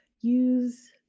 use